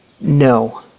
No